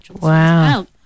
Wow